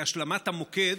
השלמת המוקד.